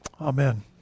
Amen